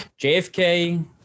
JFK